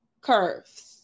curves